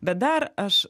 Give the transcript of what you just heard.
bet dar aš